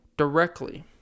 Directly